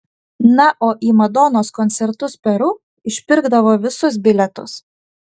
na o į madonos koncertus peru išpirkdavo visus bilietus